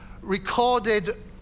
recorded